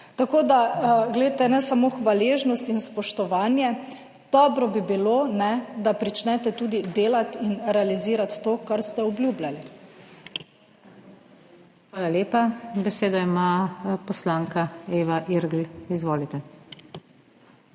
Tako da glejte, ne samo hvaležnost in spoštovanje, dobro bi bilo, ne da pričnete tudi delati in realizirati to, kar ste obljubljali. PODPREDSEDNICA NATAŠA SUKIČ: Hvala lepa. Besedo ima poslanka Eva Irgl. Izvolite.